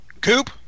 Coop